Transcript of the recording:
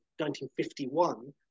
1951